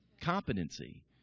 Competency